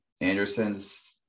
Anderson's